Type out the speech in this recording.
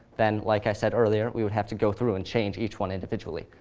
then, like i said earlier, we would have to go through and change each one individually.